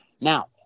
Now